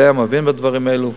יודע, מכיר את הדברים האלה.